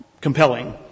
compelling